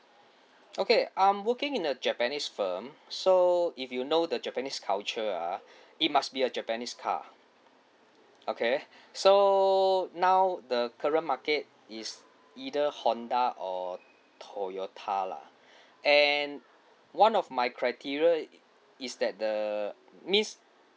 okay I'm working in a japanese firm so if you know the japanese culture ah it must be a japanese car okay so now the current market is either honda or toyota lah and one of my criteria is that the means